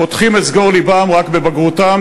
פותחים את סגור לבם רק בבגרותם,